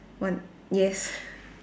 one yes